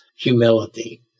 humility